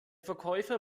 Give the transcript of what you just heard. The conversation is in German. verkäufer